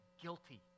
guilty